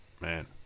Man